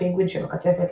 הפינגווין שבקצפת,